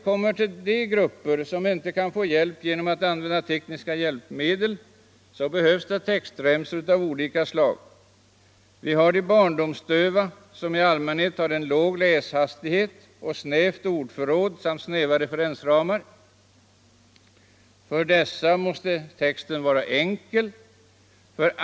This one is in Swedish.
För de grupper som inte är hjälpta av tekniska hjälpmedel behövs textremsor av olika slag. För de barndomsdöva, som i allmänhet har en låg läshastighet, ett snävt ordförråd och snäva referensramar, måste texten vara enkel.